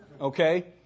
Okay